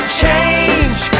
change